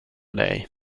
dig